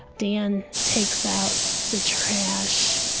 dan takes out the trash,